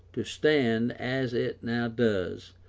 to stand, as it now does,